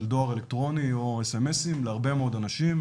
דואר אלקטרוני או אס.אמ.אסים להרבה מאוד אנשים